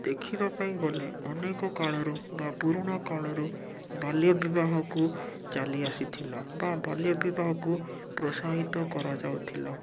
ଦେଖିବା ପାଇଁ ଗଲେ ଅନେକ କାଳରୁ ବା ପୁରୁଣାକାଳରୁ ବାଲ୍ୟ ବିବାହକୁ ଚାଲି ଆସିଥିଲା ବା ବାଲ୍ୟ ବିବାହକୁ ପ୍ରୋତ୍ସାହିତ କରାଯାଉଥିଲା